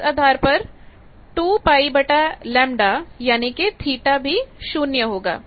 इस आधार पर 2 π λ यानी कि θ भी शून्य होगा